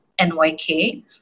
NYK